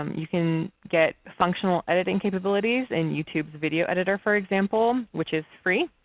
um you can get functional editing capabilities in youtube video editor for example, which is free.